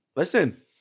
Listen